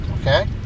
Okay